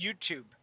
YouTube